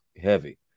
heavy